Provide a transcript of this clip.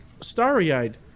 starry-eyed